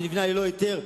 שנבנה ללא היתר,